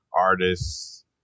artists